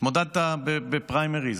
התמודדת בפריימריז,